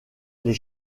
les